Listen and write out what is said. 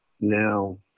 now